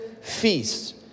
feasts